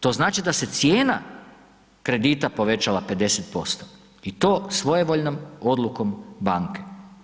To znači da se cijena kredita povećala 50% i to svojevoljnom odlukom banke.